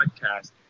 podcast